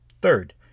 Third